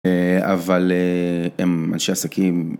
אבל הם אנשי עסקים.